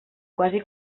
quasi